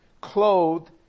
clothed